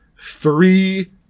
three